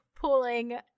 Pulling